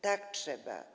Tak trzeba.